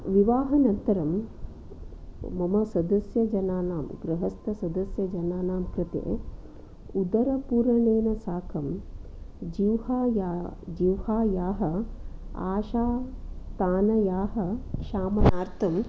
विवाहानन्तरं मम सदस्यजनानां गृहस्थसदस्यजनानां कृते उदरपूरणेन साकं जिह्वाया जिह्वायाः आशातानयाः शामनार्थम्